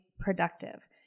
productive